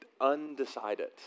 undecided